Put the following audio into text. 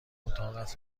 اتاقت